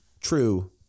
true